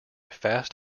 fast